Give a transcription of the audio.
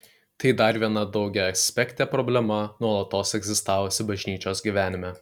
tai dar viena daugiaaspektė problema nuolatos egzistavusi bažnyčios gyvenime